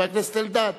חבר הכנסת אלדד.